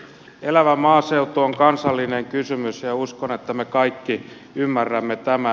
elävä maaseutu on kansallinen kysymys ja uskon että me kaikki ymmärrämme tämän